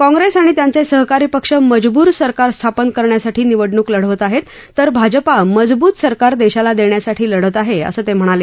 काँप्रेस आणि त्यांचे सहकारी पक्ष मजबूर सरकार स्थापन करण्यासाठी निवडणूक लढवत आहेत तर भाजपा मजबूत सरकार देशाला देण्यासाठी लढत आहे असं ते म्हणाले